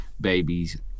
babies